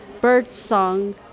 birdsong